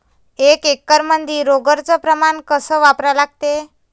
एक एकरमंदी रोगर च प्रमान कस वापरा लागते?